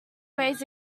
waves